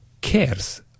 cares